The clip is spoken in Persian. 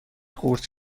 قورت